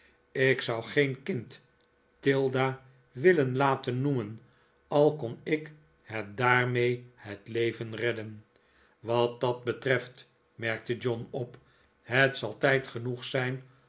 ik zou geen kind tilda willen laten noemen al kon ik het daarmee het leven redden wat dat betreft merkte john op het zal tijd genoeg zijn